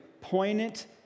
poignant